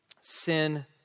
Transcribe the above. sin